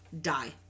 Die